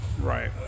Right